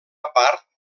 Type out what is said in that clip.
part